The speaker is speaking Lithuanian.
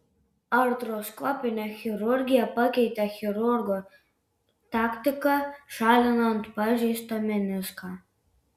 artroskopinė chirurgija pakeitė chirurgo taktiką šalinant pažeistą meniską